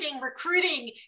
recruiting